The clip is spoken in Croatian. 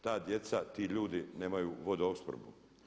Ta djeca, ti ljudi nemaju vodoopskrbu.